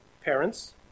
parents